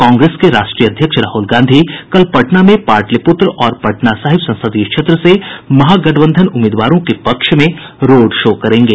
कांग्रेस के राष्ट्रीय अध्यक्ष राहुल गांधी कल पटना में पाटलिपुत्र और पटना साहिब संसदीय क्षेत्र से महागठबंधन उम्मीदवारों के पक्ष में रोड शो करेंगे